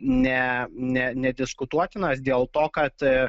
ne ne nediskutuotinos dėl to kad